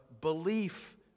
belief